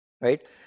Right